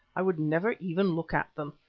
i would never even look at them.